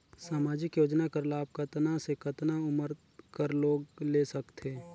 समाजिक योजना कर लाभ कतना से कतना उमर कर लोग ले सकथे?